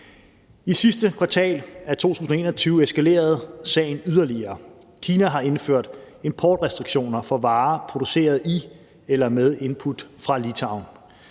I sidste kvartal af 2021 eskalerede sagen yderligere. Kina har indført importrestriktioner for varer produceret i eller med input fra Litauen.